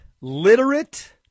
literate